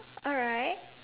alright